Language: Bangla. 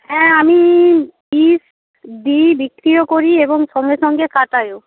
হ্যাঁ আমি পিস দিই বিক্রিও করি এবং সঙ্গে সঙ্গে কাটাইও